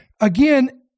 again